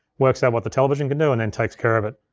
works out what the television can do, and then takes care of it.